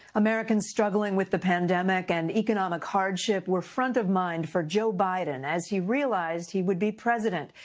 americans struggling with the pandemic and economic hardship were front of mind for joe biden as he realized he would be president.